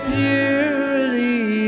purity